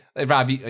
Rob